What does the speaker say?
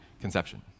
conception